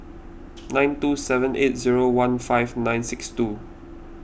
nine two seven eight zero one five nine six two